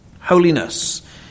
holiness